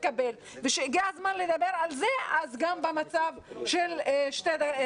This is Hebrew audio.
התקבל וכשהגיע הזמן לדבר על זה אז גם במצב של חצי דקה בסוף.